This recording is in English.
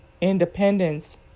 independence